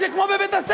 זה כמו בבית-הספר,